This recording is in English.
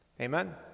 Amen